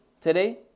today